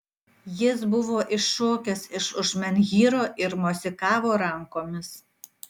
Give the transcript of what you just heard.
jis buvo iššokęs iš už menhyro ir mosikavo rankomis